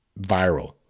viral